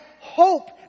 hope